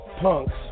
punks